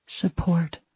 support